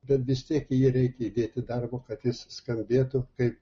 bet vis tiek į jį reikia įdėti darbo kad jis skambėtų kaip